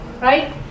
right